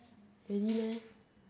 really meh